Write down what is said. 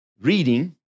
reading